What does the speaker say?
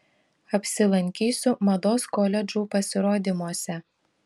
apsilankysiu mados koledžų pasirodymuose